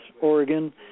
Oregon